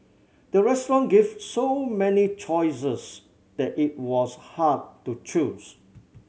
the restaurant gave so many choices that it was hard to choose